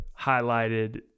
highlighted